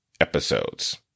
episodes